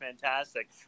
fantastic